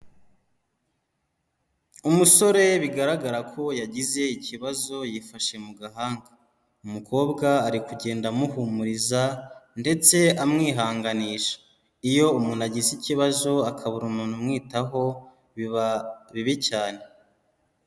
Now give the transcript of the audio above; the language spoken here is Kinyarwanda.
Umusore bigaragara ko yagize ikibazo, yifashe mu gahanga. Umukobwa ari kugenda amuhumuriza ndetse amwihanganisha. Iyo umuntu agize ikibazo, akabura umuntu umwitaho; Biba bibi cyane.